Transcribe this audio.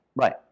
Right